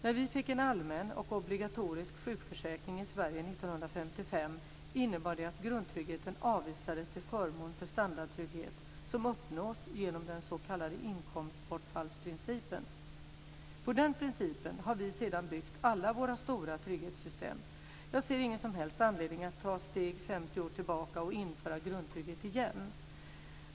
När vi fick en allmän och obligatorisk sjukförsäkring i Sverige 1955 innebar det att grundtryggheten avvisades till förmån för standardtrygghet som uppnås genom den s.k. inkomstbortfallsprincipen. På den principen har vi sedan byggt alla våra stora trygghetssystem. Jag ser ingen som helst anledning att ta ett steg 50 år tillbaka och införa grundtrygghet igen.